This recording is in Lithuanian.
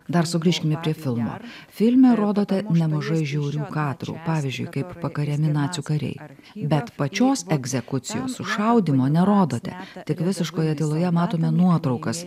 dar sugrįžkime prie filmo filme rodote nemažai žiaurių kadrų pavyzdžiui kaip pakariami nacių kariai bet pačios egzekucijos sušaudymo nerodote tik visiškoje tyloje matome nuotraukas